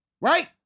Right